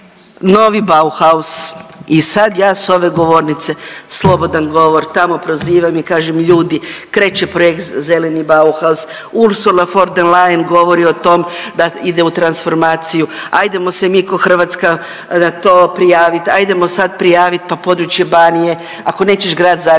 Novi Bauhaus i sad ja s ove govornice, slobodan govor, tamo prozivam i kažem ljudi kreće projekt Zeleni Bauhaus, Ursula von der Leyen govori o tom da ide u transformaciju, ajdemo se mi ko Hrvatska na to prijavit, ajdemo sad prijavit pa područje Banije ako nećeš Grad Zagreb,